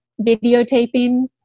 videotaping